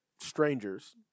strangers